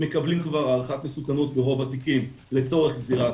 מקבלים כבר הערכת מסוכנות ברוב התיקים לצורך גזירת